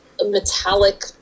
metallic